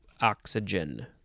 oxygen